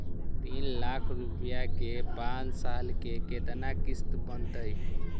तीन लाख रुपया के पाँच साल के केतना किस्त बनतै?